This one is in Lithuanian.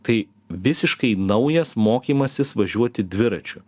tai visiškai naujas mokymasis važiuoti dviračiu